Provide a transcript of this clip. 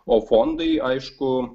o fondai aišku